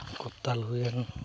ᱠᱚᱨᱛᱟᱞ ᱦᱩᱭᱮᱱ